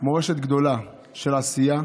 גדולה של עשייה.